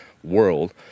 world